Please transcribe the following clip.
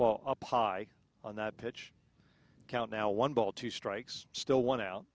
ball up high on that pitch count now one ball two strikes still one out